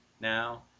now